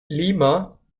lima